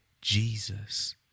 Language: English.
Jesus